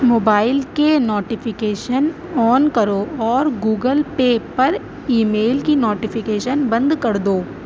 mobile کے notification on کرو اور گوگل پے پر ای میل کی نوٹیفیکیشن بند کر دو